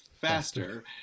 faster